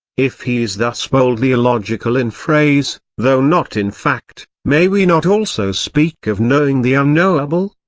if he is thus boldly illogical in phrase, though not in fact, may we not also speak of knowing the unknowable?